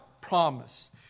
promise